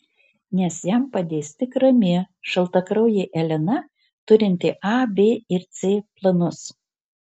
nes jam padės tik rami šaltakraujė elena turinti a b ir c planus